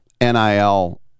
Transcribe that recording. NIL